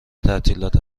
تعطیلات